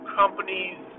companies